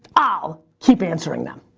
i'll keep answering them.